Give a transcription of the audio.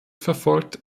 verfolgt